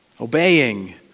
obeying